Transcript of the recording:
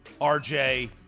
rj